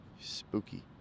spooky